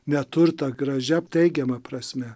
neturtą gražia teigiama prasme